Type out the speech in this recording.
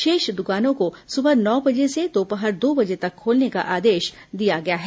शेष दुकानों को सुबह नौ बजे से दोपहर दो बजे तक खोलने का आआदेश दिया गया है